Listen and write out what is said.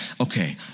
okay